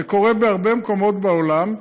זה קורה בהרבה מקומות בעולם,